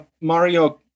Mario